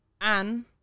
Anne